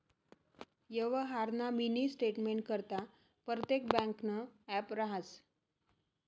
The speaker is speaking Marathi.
यवहारना मिनी स्टेटमेंटकरता परतेक ब्यांकनं ॲप रहास